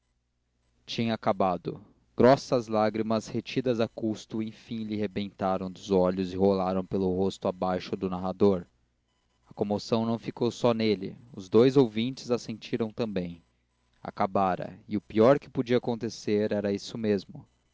tinha acabado grossas lágrimas retidas a custo enfim lhe rebentaram dos olhos e rolaram pelo rosto abaixo do narrador a comoção não ficou só nele os dois ouvintes a sentiram também acabara e o pior que podia acontecer era isso mesmo